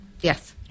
Yes